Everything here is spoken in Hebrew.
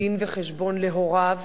דין-וחשבון להוריו